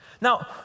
Now